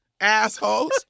assholes